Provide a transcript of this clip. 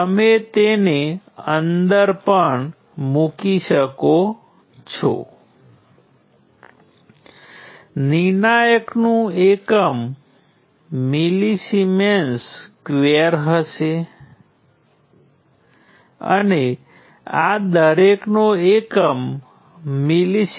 હવે ચાલો કહીએ કે જ્યારે આપણી પાસે વોલ્ટેજ કંટ્રોલ કરંટ સ્ત્રોત હોય ત્યારે શું થાય છે